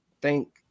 thank